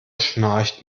schnarcht